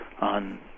on